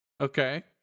Okay